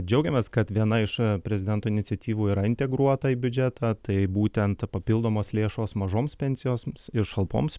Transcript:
džiaugiamės kad viena iš prezidento iniciatyvų yra integruota į biudžetą tai būtent papildomos lėšos mažoms pensijoms ir šalpoms